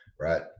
right